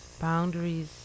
boundaries